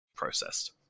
processed